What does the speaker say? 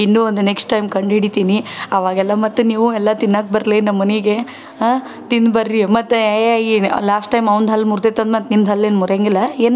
ಇದನ್ನೂ ಒಂದು next time ಕಂಡು ಹಿಡಿತೀನಿ ಆವಾಗೆಲ್ಲ ಮತ್ತು ನೀವು ಎಲ್ಲ ತಿನ್ನೋಕೆ ಬರಲೇ ನಮ್ಮ ಮನೆಗೆ ತಿನ್ನಿ ಬರ್ರಿ ಮತ್ತು ಏ ಈನ್ ಲಾಸ್ಟ್ ಟೈಮ್ ಅವಂದು ಹಲ್ಲು ಮುರ್ದೈತಿ ಅಂದು ಮತ್ತು ನಿಮ್ದು ಹಲ್ಲೇನು ಮುರಿಯೋಂಗಿಲ್ಲ ಏನು